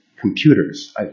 computers